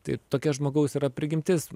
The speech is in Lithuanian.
tai tokia žmogaus prigimtis